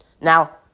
Now